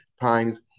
times